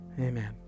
Amen